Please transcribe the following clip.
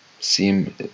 Seem